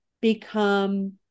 become